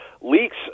leaks